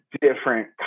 different